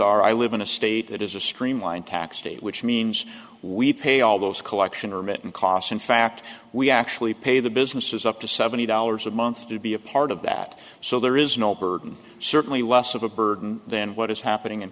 are i live in a state that is a streamlined tax state which means we pay all those collection or mitten costs in fact we actually pay the businesses up to seventy dollars a month to be a part of that so there is no burden certainly less of a burden than what is happening in